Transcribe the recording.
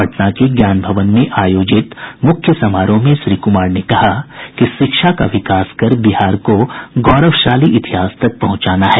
पटना के ज्ञान भवन में आयोजित मुख्य समारोह में श्री कुमार ने कहा कि शिक्षा का विकास कर बिहार को गौरवशाली इतिहास तक पहुंचाना है